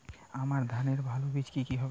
আমান ধানের ভালো বীজ কি কি হবে?